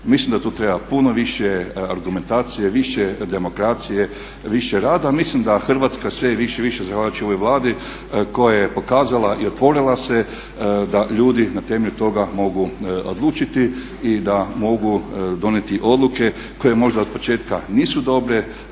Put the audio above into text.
Mislim da tu treba puno više argumentacije, više demokracije, više rada. Mislim da Hrvatska sve više i više zahvaljujući ovoj Vladi koja je pokazala i otvorila se da ljudi na temelju toga mogu odlučiti i da mogu donijeti odluke koje možda od početka nisu dobre,